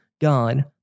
God